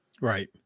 Right